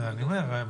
אני אומר,